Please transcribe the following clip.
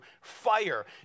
fire